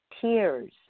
tears